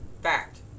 fact